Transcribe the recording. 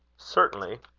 certainly.